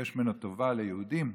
וביקש ממנו טובה ליהודים,